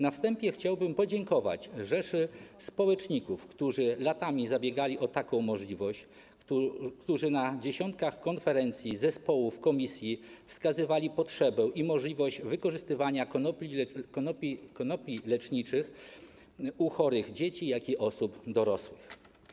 Na wstępie chciałbym podziękować rzeszy społeczników, którzy latami zabiegali o taką możliwość, którzy na dziesiątkach konferencji, w dziesiątkach zespołów, komisji wskazywali potrzebę i możliwość wykorzystywania konopi leczniczych u chorych dzieci, jak i u osób dorosłych.